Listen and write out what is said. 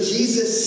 Jesus